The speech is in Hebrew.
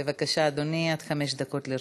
בבקשה, אדוני, עד חמש דקות לרשותך.